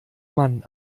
mann